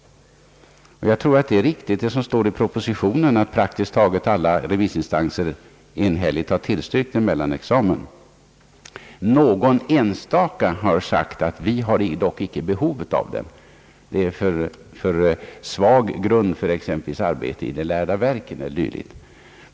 Det är riktigt som det står i propositionen, att praktiska taget alla remissinstanser enhälligt har tillstyrkt en mellanexamen. Någon enstaka har sagt: Vi har dock icke behov av den. Den är, anses det, en för svag grund för exempelvis arbete i de lärda verken.